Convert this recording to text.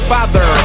Father